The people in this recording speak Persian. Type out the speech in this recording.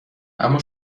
اما